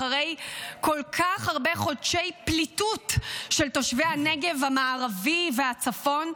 אחרי כל כך הרבה חודשי פליטות של תושבי הנגב המערבי והצפון,